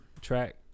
track